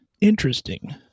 interesting